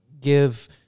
give